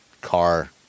car